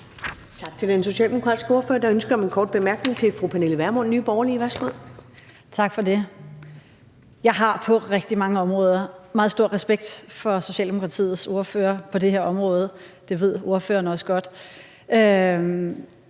Tak til den socialdemokratiske ordfører. Der er ønske om en kort bemærkning fra fru Pernille Vermund, Nye Borgerlige. Værsgo. Kl. 14:25 Pernille Vermund (NB): Tak for det. Jeg har på rigtig mange områder meget stor respekt for Socialdemokratiets ordfører på det her område, det ved ordføreren også godt,